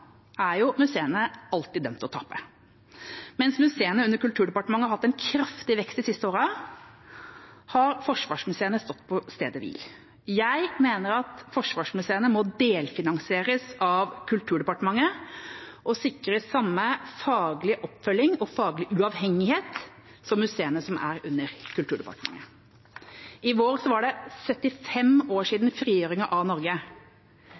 er jo museene alltid dømt til å tape. Mens museene under Kulturdepartementet har hatt en kraftig vekst de siste årene, har forsvarsmuseene stått på stedet hvil. Jeg mener at forsvarsmuseene må delfinansieres av Kulturdepartementet og sikres samme faglige oppfølging og faglige uavhengighet som museene som ligger under Kulturdepartementet. I vår var det 75 år siden frigjøringen av Norge.